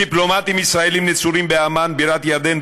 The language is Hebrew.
דיפלומטים ישראלים נצורים בעמאן בירת ירדן,